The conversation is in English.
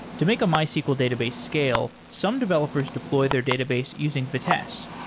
to make a mysql database scale, some developers deploy their database using vitess,